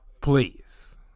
please